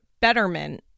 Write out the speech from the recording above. Betterment